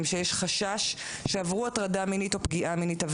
שיש חשש שעברו הטרדה מינית או פגיעה מינית,